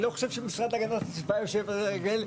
אני לא חושב שהמשרד להגנת הסביבה יושב רגל על רגל,